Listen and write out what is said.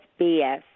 BS